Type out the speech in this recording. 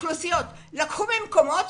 לקחו ממקומות